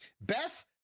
Beth